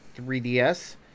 3DS